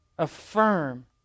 Affirm